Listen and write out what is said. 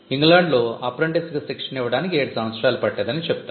ఇంగ్లాండ్లో అప్రెంటిస్కు శిక్షణ ఇవ్వడానికి 7 సంవత్సరాలు పట్టేదని చెబుతారు